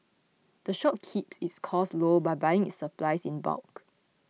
the shop keeps its costs low by buying its supplies in bulk